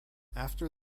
after